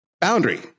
boundary